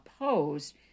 opposed